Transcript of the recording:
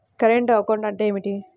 Current account అంటే ఏమిటి?